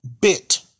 bit